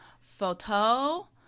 photo